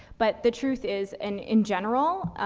but the truth is, and in general,